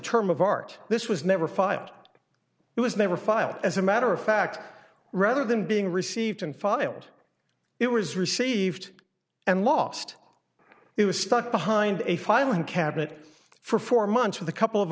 term of art this was never filed it was never filed as a matter of fact rather than being received and filed it was received and lost it was stuck behind a filing cabinet for four months with a couple of